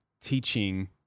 teaching